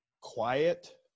quiet